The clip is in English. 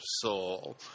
soul